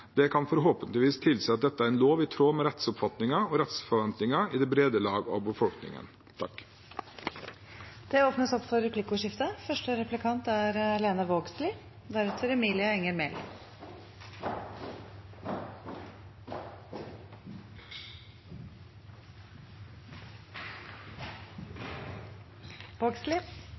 Det kan forhåpentligvis tilsi at dette er en lov i tråd med rettsoppfatningen og rettsforventningene i det brede lag av befolkningen.